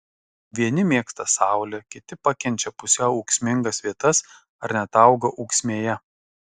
vieni mėgsta saulę kiti pakenčia pusiau ūksmingas vietas ar net auga ūksmėje